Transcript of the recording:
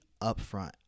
upfront